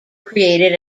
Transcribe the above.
created